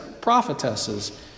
prophetesses